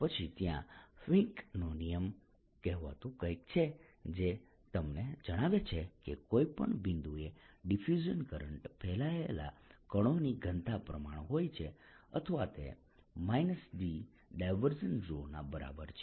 પછી ત્યાં ફિક નો નિયમ કહેવાતું કંઈક છે જે તમને જણાવે છે કે કોઈ પણ બિંદુએ ડિફ્યુઝન કરંટ ફેલાયેલા કણોની ઘનતાના પ્રમાણમાં હોય છે અથવા તે D ના બરાબર છે